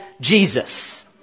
Jesus